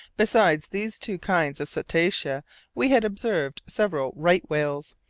besides these two kinds of cetacea we had observed several right-whales,